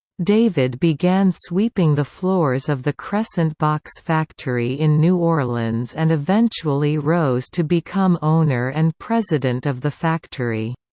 david began sweeping the floors of the crescent box factory in new orleans and eventually rose to become owner and president of the factory.